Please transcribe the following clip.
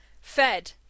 Fed